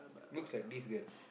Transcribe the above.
looks like this girl